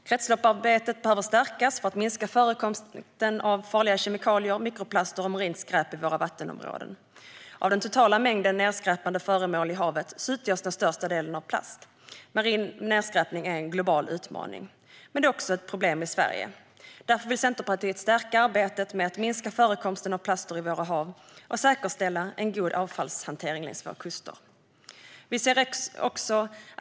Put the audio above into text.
Kretsloppsarbetet behöver stärkas för att minska förekomsten av farliga kemikalier, mikroplaster och marint skräp i våra vattenområden. Av den totala mängden nedskräpande föremål i haven utgörs den största delen av plast. Marin nedskräpning är en global utmaning, men det är också ett problem i Sverige. Därför vill Centerpartiet stärka arbetet med att minska förekomsten av plaster i våra hav och säkerställa en god avfallshantering längs våra kuster.